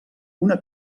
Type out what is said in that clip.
una